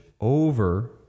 over